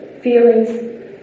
feelings